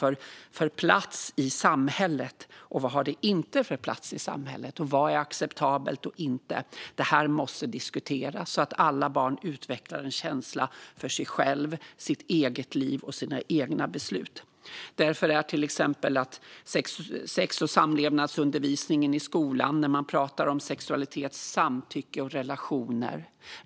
Och vilken plats har detta inte i samhället? Vad är acceptabelt och inte? Det här måste diskuteras så att alla barn utvecklar en känsla för sig själva, sitt eget liv och sina egna beslut. Det är därför viktigt att man under sex och samlevnadsundervisningen i skolan pratar om sexualitet, samtycke och relationer.